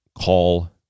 call